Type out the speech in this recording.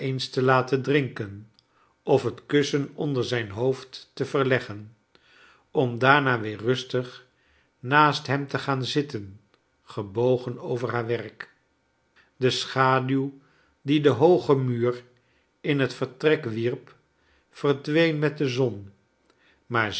te laten drinken of het k us sen onder zijn hoofd te verleggen om daarna weer rustig naast hem te gaan zitten gebogen over haar werk de schaduw die de hooge muur in het vertrek wierp verdween met de zon maar